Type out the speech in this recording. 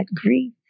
grief